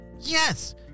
Yes